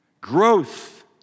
Growth